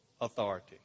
authority